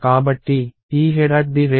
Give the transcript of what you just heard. కాబట్టి ఈ headcse